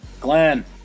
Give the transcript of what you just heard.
Glenn